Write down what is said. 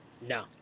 No